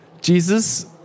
Jesus